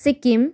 Sikkim